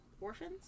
Orphans